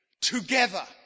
together